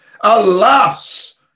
alas